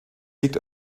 liegt